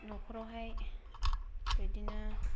नखरावहाय बिदिनो